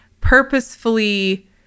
purposefully